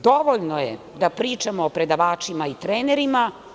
Dovoljno je da pričamo o predavačima i trenerima.